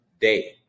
day